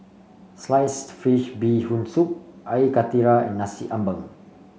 Sliced Fish Bee Hoon Soup Air Karthira and Nasi Ambeng